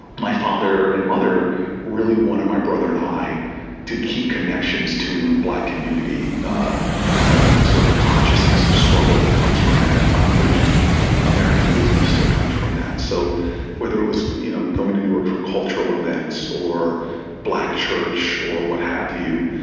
my father and mother really wanted my brother and i to keep connections to black community and ah sort of a consciousness of struggle that comes from that, an unfinished american business that comes from that. so whether it was you know going to newark for cultural events or black church or what have you,